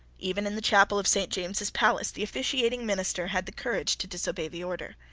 even in the chapel of saint james's palace the officiating minister had the courage to disobey the order.